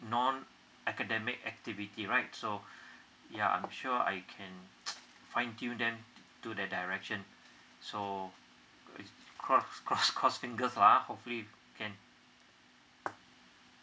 non academic activity right so yeah I'm sure I can fine tune them to that direction so cross cross cross fingers lah hopefully can